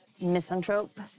misanthrope